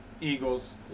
Eagles